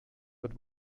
but